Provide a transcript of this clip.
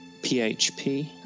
PHP